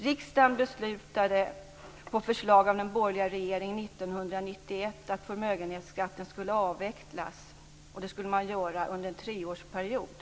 Riksdagen beslutade på förslag av den borgerliga regeringen 1991 att förmögenhetsskatten skulle avvecklas och att man skulle göra det under en treårsperiod.